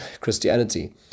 christianity